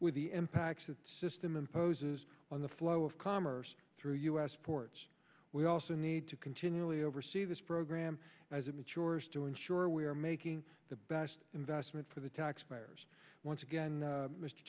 with the impacts that system imposes on the flow of commerce through us ports we also need to continually oversee this program as it matures to ensure we are making the best investment for the taxpayers once again